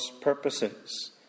purposes